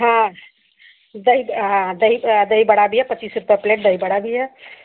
हाँ दही दही दही वड़ा भी है पच्चीस रुपये प्लेट दही वड़ा भी है